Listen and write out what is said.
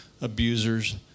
abusers